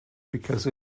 because